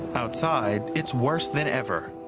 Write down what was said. outside it's worse than ever.